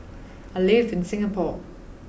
I live in Singapore